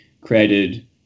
created